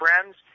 friends